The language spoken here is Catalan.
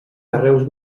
carreus